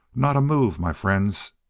not a move, my friends!